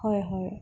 হয় হয়